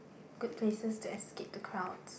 good places to escape the crowds